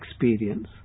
experience